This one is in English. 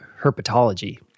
herpetology